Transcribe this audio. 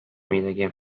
midagi